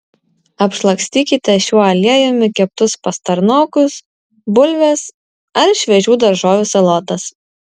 apšlakstykite šiuo aliejumi keptus pastarnokus bulves ar šviežių daržovių salotas